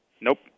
Nope